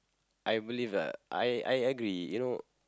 I believe lah I I agree you know